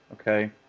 okay